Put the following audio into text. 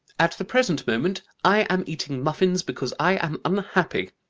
at the present moment i am eating muffins because i am unhappy.